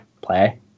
play